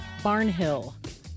Barnhill